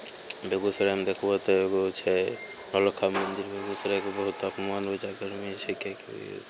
बेगूसरायमे देखबहो तऽ एगो छै नौलक्खा मन्दिर बेगूसरायके बहुत मान ऊँचा करने छिकै